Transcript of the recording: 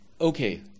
Okay